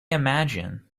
imagine